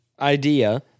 idea